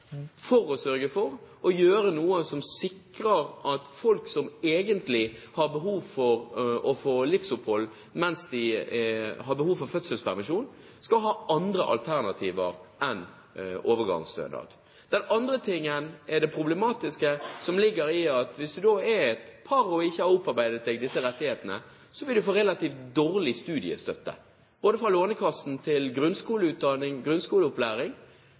for å sørge for å gjøre noe som sikrer at folk som har behov for å få penger til livsopphold mens de har fødselspermisjon, skal ha andre alternativer enn overgangsstønad. Den andre tingen er det problematiske som ligger i at hvis du er i et parforhold og ikke har opparbeidet disse rettighetene, vil du få relativt dårlig studiestøtte fra Lånekassen til grunnskoleopplæring.